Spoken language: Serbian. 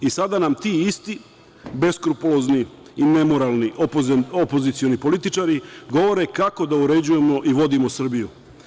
Sada nam ti isti beskrupulozni i nemoralni opozicioni političari govore kako da uređujemo i vodimo Srbiju.